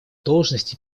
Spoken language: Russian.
должность